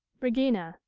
regina.